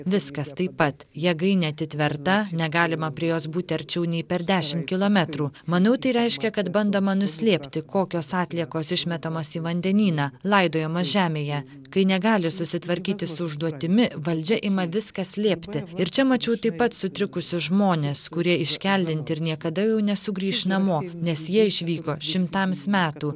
viskas taip pat jėgainė atitverta negalima prie jos būti arčiau nei per dešimt kilometrų manau tai reiškia kad bandoma nuslėpti kokios atliekos išmetamos į vandenyną laidojamos žemėje kai negali susitvarkyti su užduotimi valdžia ima viską slėpti ir čia mačiau taip pat sutrikusius žmones kurie iškeldinti ir niekada nesugrįš namo nes jie išvyko šimtams metų